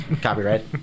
Copyright